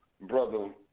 brother